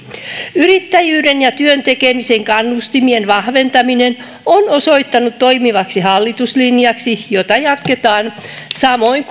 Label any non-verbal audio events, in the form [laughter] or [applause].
yrittäjyyden ja työn tekemisen kannustimien vahventaminen on osoittautunut toimivaksi hallituslinjaksi jota jatketaan samoin [unintelligible]